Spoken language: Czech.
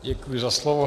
Děkuji za slovo.